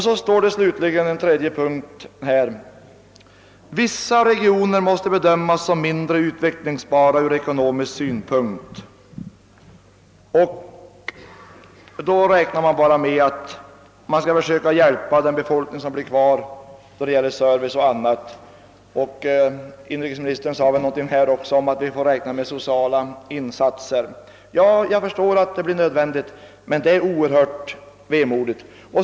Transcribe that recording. Slutligen finns det en tredje punkt: » Vissa regioner måste bedömas som mindre utvecklingsbara ur ekonomisk synpunkt.» Där räknar man bara med att försöka hjälpa den befolkning som bor kvar med service — inrikesministern nämnde även att vi får räkna med att göra sociala insatser. Jag förstår att det blir nödvändigt, men det är oerhört vemodigt.